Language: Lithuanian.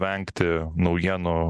vengti naujienų